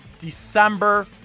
December